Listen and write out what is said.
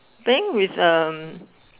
then with um